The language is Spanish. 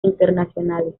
internacionales